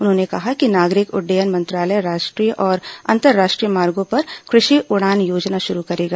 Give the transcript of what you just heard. उन्होंने कहा कि नागरकि उड्डयन मंत्रालय राष्ट्रीय और अंतर्राष्ट्रीय मार्गों पर कृषि उड़ान योजना शुरू करेगा